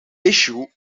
issue